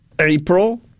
April